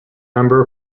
member